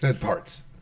parts